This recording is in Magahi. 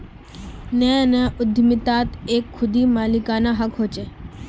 नया नया उद्दमितात एक खुदी मालिकाना हक़ होचे